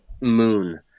Moon